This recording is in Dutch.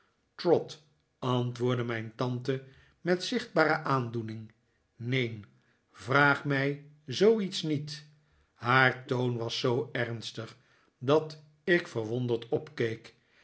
trot antwoordde mijn tante met zichtbare aandoening neen vraag mij zooiets niet haar toon was zoo ernstig dat ik verwonderd opkeek